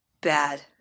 Bad